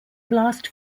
blast